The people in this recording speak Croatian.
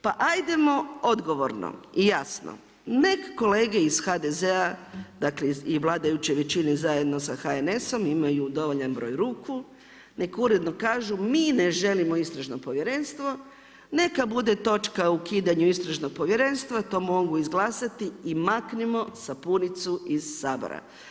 Pa ajdemo odgovorno i jasno, neka kolege iz HDZ-a, dakle i vladajuće većine zajedno sa HNS-om imaju dovoljan broj ruku neka uredno kažu mi ne želimo Istražno povjerenstvo, neka bude točka o ukidanju Istražnog povjerenstva, to mogu izglasati i maknimo sapunicu iz Sabora.